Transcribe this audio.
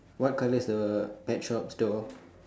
what colour is the pet shop's door